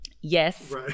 Yes